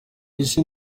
isi